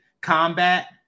combat